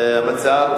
המציעה.